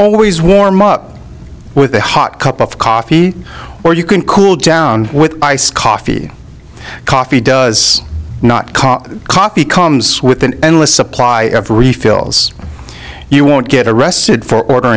always warm up with a hot cup of coffee or you can cool down with iced coffee coffee does not come coffee comes with an endless supply of refills you won't get arrested for order